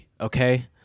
okay